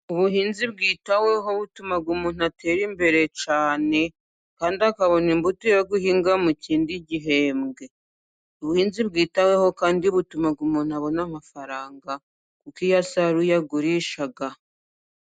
Ubuhinzi bwitaweho butuma umuntu atera imbere cyane kandi akabona imbuto yo guhinga mu kindi gihembwe Ubuhinzi bwitaweho kandi butuma umuntu abona amafaranga kuko iyo asaruye agurisha.